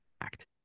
act